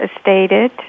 stated